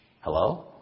Hello